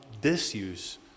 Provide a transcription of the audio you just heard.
disuse